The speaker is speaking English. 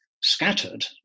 scattered